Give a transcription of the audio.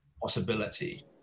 possibility